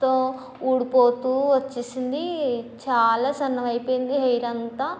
త్తం ఊడిపోతూ వచ్చేసింది చాలా సన్నం అయిపోయింది హెయిర్ అంతా